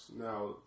Now